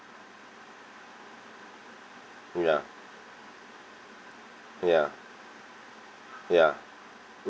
ya ya ya mm